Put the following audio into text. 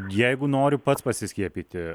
jeigu noriu pats pasiskiepyti